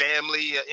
family